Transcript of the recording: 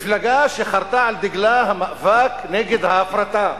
מפלגה שחרתה על דגלה את המאבק נגד ההפרטה.